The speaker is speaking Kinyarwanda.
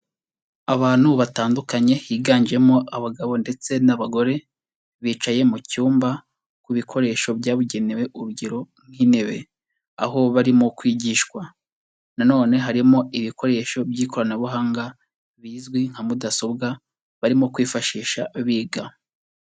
Abantu batandukanye higanjemo abagabo ndetse n'abagore, bicaye mu cyumba ku bikoresho byabugenewe urugero nk'intebe, aho barimo kwigishwa na none harimo ibikoresho by'ikoranabuhanga bizwi nka mudasobwa barimo kwifashisha biga.